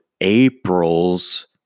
April's